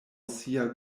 sia